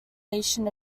nation